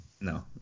No